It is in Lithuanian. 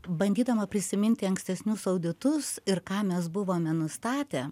bandydama prisiminti ankstesnius auditus ir ką mes buvome nustatę